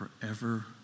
forever